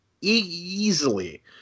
easily